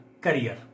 career